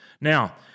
Now